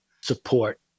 support